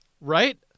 right